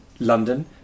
London